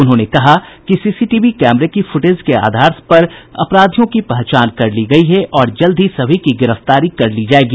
उन्होंने कहा कि सीसीटीवी कैमरे के फुटेज से अपराधियों की पहचान कर ली गयी है और जल्द ही सभी की गिरफ्तारी कर ली जायेगी